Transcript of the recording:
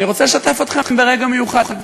אני רוצה לשתף אתכם ברגע מיוחד.